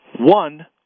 One